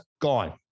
gone